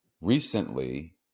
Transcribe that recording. recently